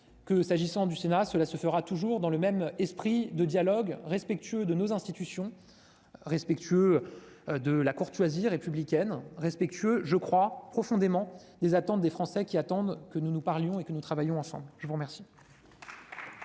J'espère que, au Sénat, ce débat se déroulera toujours dans le même esprit de dialogue respectueux de nos institutions, respectueux de la courtoisie républicaine, respectueux- je le crois profondément -des attentes des Français, qui souhaitent que nous nous parlions et que nous travaillions ensemble. Monsieur le